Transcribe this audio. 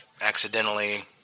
accidentally